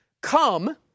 Come